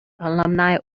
alumni